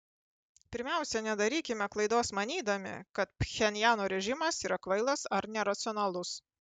pirmiausia nedarykime klaidos manydami kad pchenjano režimas yra kvailas ar neracionalus